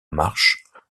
marche